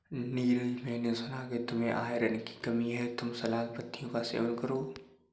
नीरज मैंने सुना कि तुम्हें आयरन की कमी है तुम सलाद पत्तियों का सेवन करो